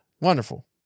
Wonderful